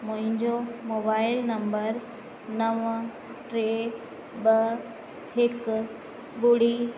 मुंहिंजो mobile number नव टे ॿ हिकु ॿुड़ी